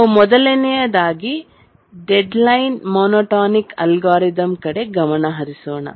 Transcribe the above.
ನಾವು ಮೊದಲನೆಯಾಗಿ deadline monotonic algorithm ಕಡೆ ಗಮನ ಹರಿಸೋಣ